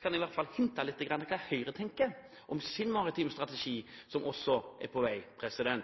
kan jeg i hvert fall hinte litt om hva Høyre tenker om sin maritime strategi, som også er på vei. Den går